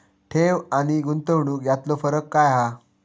ठेव आनी गुंतवणूक यातलो फरक काय हा?